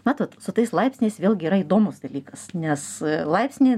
matot su tais laipsniais vėlgi yra įdomus dalykas nes laipsniai